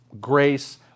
grace